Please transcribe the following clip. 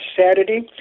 Saturday